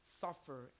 suffer